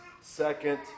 second